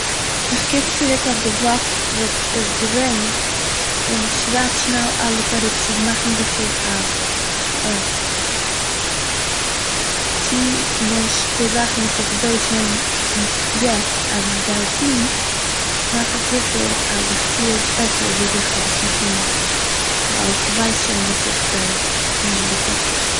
איך קוק צוריק אויף די וואך וואס איז געווען און איך שרייב שנעל אלעס אראפ צו מאכן זיכער אז איך טוה נישט די זאכן וואס איך זעה שוין פון פ– יעצט אז איך גיי טון, מאך איך זיכער אז איך טוה עס בעסער וואו אזוי איך האב עס געטון, ווייל איך ווייס שוין וואס איך גיי האבן געטון.